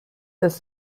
das